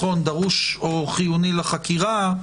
דרוש או חיוני לחקירה,